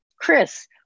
Chris